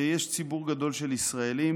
יש ציבור גדול של ישראלים